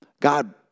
God